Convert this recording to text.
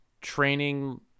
training